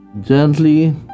Gently